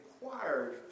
required